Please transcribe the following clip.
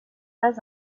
pas